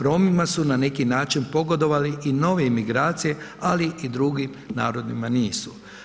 Romima su na neki način pogodovale i nove emigracije, ali i drugim narodima nisu.